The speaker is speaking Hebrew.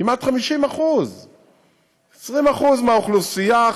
כמעט 50%. 20% מהאוכלוסייה,